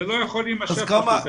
זה לא יכול להמשך ככה.